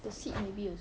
the seat maybe also